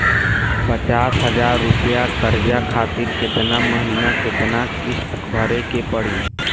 पचास हज़ार रुपया कर्जा खातिर केतना महीना केतना किश्ती भरे के पड़ी?